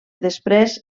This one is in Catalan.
després